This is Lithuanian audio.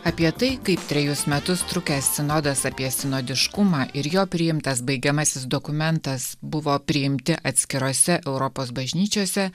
apie tai kaip trejus metus trukęs sinodas apie sinodiškumą ir jo priimtas baigiamasis dokumentas buvo priimti atskirose europos bažnyčiose